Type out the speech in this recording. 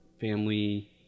family